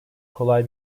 kolay